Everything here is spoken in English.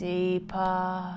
Deeper